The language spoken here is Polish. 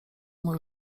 mój